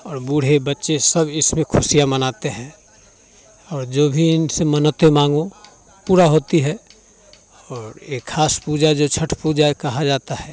और बूढ़े बच्चे सब इसमें खुशियाँ मनाते हैं और जो भी इनसे मन्नतें मांगो पूरा होती है और एक खास पूजा जो छठ पूजा कहा जाता है